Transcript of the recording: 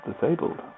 disabled